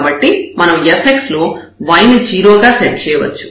కాబట్టి మనం fx లో y ని 0 గా సెట్ చేయవచ్చు